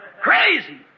Crazy